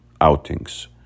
outings